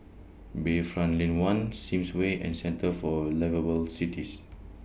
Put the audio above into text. Bayfront Lane one Sims Way and Centre For Liveable Cities